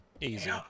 Easy